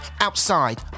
outside